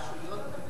אתה מדבר על הרשויות?